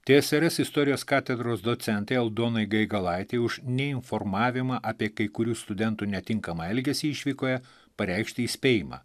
tsrs istorijos katedros docentai aldonai gaigalaitei už neinformavimą apie kai kurių studentų netinkamą elgesį išvykoje pareikšti įspėjimą